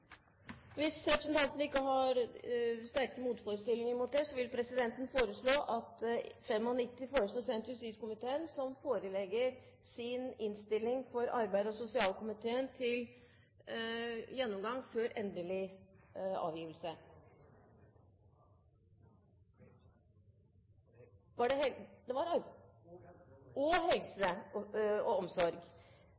Hvis representantene ikke har sterke motforestillinger mot det, vil presidenten foreslå at referatsak nr. 95 sendes justiskomiteen, som forelegger sitt utkast til innstilling for arbeids- og sosialkomiteen og helse- og omsorgskomiteen til uttalelse før endelig avgivelse. – Det